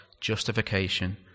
justification